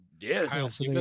Yes